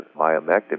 myomectomy